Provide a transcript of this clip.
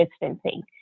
distancing